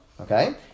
Okay